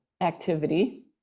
activity